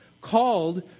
called